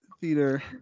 theater